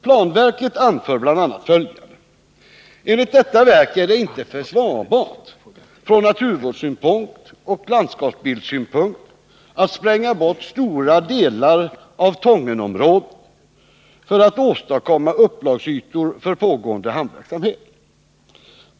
Planverket anför bl.a. följande: ”Enligt planverket är det inte försvarbart från naturvårdsoch landskapsbildssynpunkt att spränga bort stora delar av 93 Tångenområdet för att åstadkomma upplagsytor för pågående hamnverksamhet.